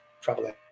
traveling